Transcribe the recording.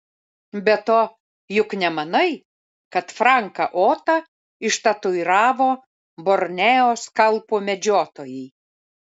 be to juk nemanai kad franką otą ištatuiravo borneo skalpų medžiotojai